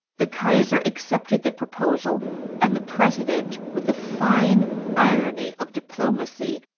the kaiser accepted the proposal and the president, with the fine irony of diplomacy,